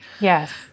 yes